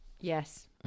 Yes